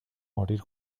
morir